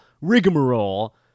rigmarole